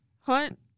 Hunt